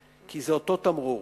כי זה אותו תמרור.